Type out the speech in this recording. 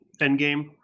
Endgame